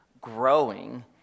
growing